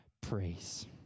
praise